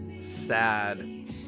sad